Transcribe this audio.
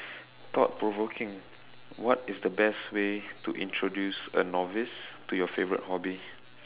thought provoking what is the best way to introduce a novice to your favourite hobby